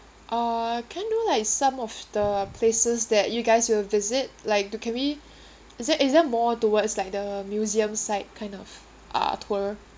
uh can I know like some of the places that you guys will visit like do can we is it is it more towards like the museum site kind of uh tour